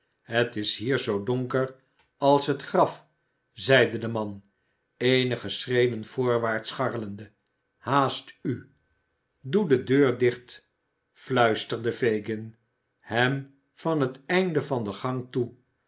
het is hier zoo donker als in het graf zeide de man eenige schreden voorwaarts scharrelende haast u doe de deur dicht fluisterde fagin hem van het einde van de gang toe